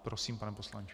Prosím, pane poslanče.